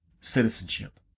citizenship